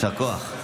יישר כוח.